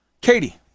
Katie